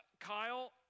Kyle